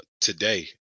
today